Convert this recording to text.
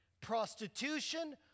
prostitution